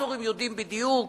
הסורים יודעים בדיוק